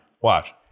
Watch